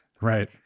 Right